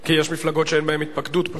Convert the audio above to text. כי יש מפלגות שאין בהן התפקדות פשוט.